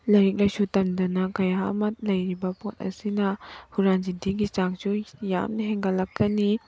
ꯂꯥꯏꯔꯤꯛ ꯂꯥꯏꯁꯨ ꯇꯝꯗꯅ ꯀꯌꯥ ꯑꯃ ꯂꯩꯔꯤꯕ ꯄꯣꯠ ꯑꯁꯤꯅ ꯍꯨꯔꯥꯟ ꯆꯤꯟꯊꯤꯒꯤ ꯆꯥꯡꯁꯨ ꯌꯥꯝꯅ ꯍꯦꯟꯒꯠꯂꯛꯀꯅꯤ